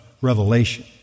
Revelation